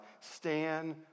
Stand